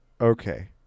Okay